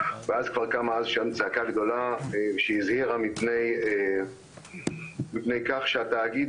ואז כבר קמה צעקה גדולה שהזהירה מפני כך שהתאגיד